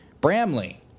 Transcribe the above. Bramley